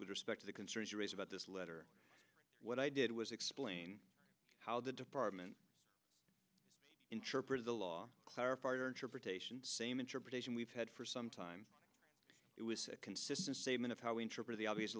with respect to the concerns raised about this letter what i did was explain how the department interpret the law clarify your interpretation same interpretation we've had for some time it was consistent statement of how we interpret the obvious